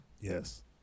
Yes